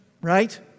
right